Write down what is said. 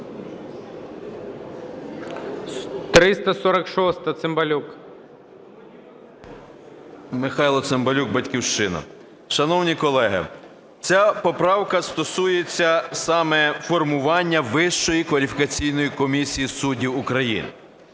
ЦИМБАЛЮК М.М. Михайло Цимбалюк, "Батьківщина". Шановні колеги, ця поправка стосується саме формування Вищої кваліфікаційної комісії суддів України,